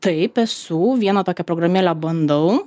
taip esu vieną tokią programėlę bandau